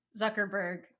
Zuckerberg